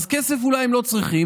אז כסף אולי הם לא צריכים,